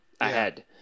ahead